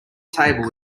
table